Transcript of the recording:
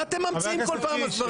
מה אתם ממציאים כל פעם דברים?